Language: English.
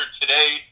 today